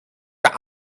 der